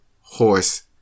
horse